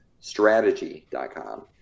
Strategy.com